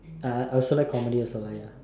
uh I also like comedy also lah ya